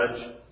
judge